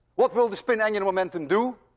what will the spin angular momentum do?